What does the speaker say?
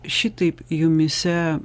šitaip jumyse